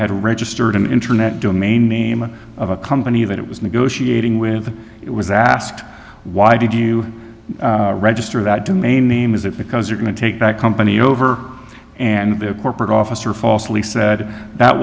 had registered an internet domain name of a company that it was negotiating with it was asked why did you register that domain name is it because you're going to take that company over and the corporate officer falsely said that